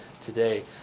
today